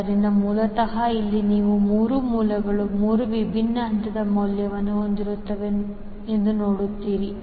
ಆದ್ದರಿಂದ ಮೂಲತಃ ಇಲ್ಲಿ ನೀವು 3 ಮೂಲಗಳು 3 ವಿಭಿನ್ನ ಹಂತದ ಮೌಲ್ಯವನ್ನು ಹೊಂದಿರುವುದನ್ನು ನೋಡುತ್ತೀರಿ